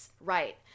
Right